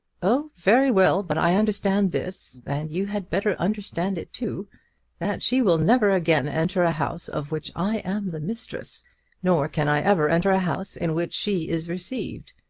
oh very well. but i understand this, and you had better understand it too that she will never again enter a house of which i am the mistress nor can i ever enter a house in which she is received.